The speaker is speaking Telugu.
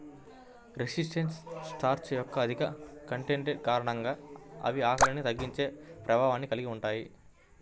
రెసిస్టెంట్ స్టార్చ్ యొక్క అధిక కంటెంట్ కారణంగా అవి ఆకలిని తగ్గించే ప్రభావాన్ని కలిగి ఉంటాయి